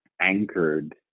anchored